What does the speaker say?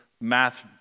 math